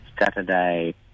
Saturday